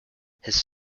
his